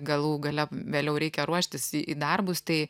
galų gale vėliau reikia ruoštis į į darbus tai